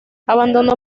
abandonó